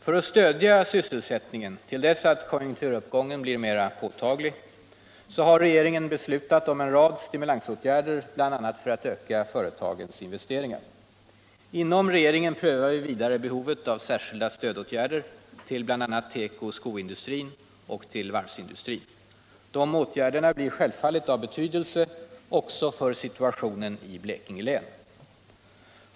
För att stödja sysselsättningen intill dess att konjunkturuppgången blir mera påtaglig har regeringen beslutat om en rad stimulansåtgärder, bl.a. för att öka företagens investeringar. Inom regeringskansliet prövas vidare behovet av särskilda stödåtgärder till bl.a. tekooch skoindustrin samt varvsindustrin. Dessa åtgärder blir självfallet av betydelse också för situationen i Blekinge län.